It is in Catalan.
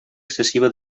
excessiva